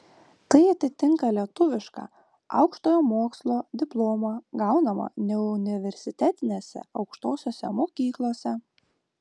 tai atitinka lietuvišką aukštojo mokslo diplomą gaunamą neuniversitetinėse aukštosiose mokyklose